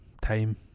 time